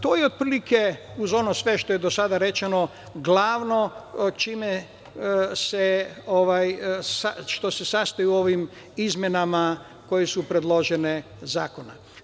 To je otprilike, uz ono sve što je do sada rečeno, glavno što se sastoji u ovim izmenama koje su predložene u zakonu.